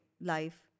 life